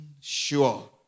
sure